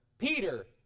Peter